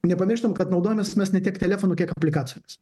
nepamirštam kad naudojamės mes ne tiek telefonu kiek aplikacijomis